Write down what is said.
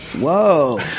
Whoa